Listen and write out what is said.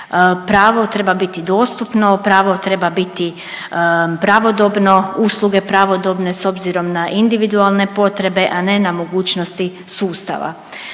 Pravo treba biti dostupno, pravo treba biti pravodobno, usluge pravodobne s obzirom na individualne potrebe, a ne na mogućnosti sustava,